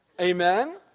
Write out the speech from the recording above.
Amen